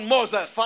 Moses